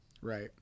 Right